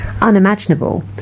unimaginable